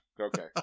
okay